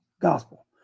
gospel